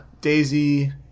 Daisy